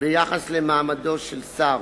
ביחס למעמדו של שר.